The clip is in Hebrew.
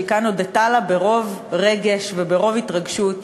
שהיא הודתה לה כאן ברוב רגש וברוב התרגשות,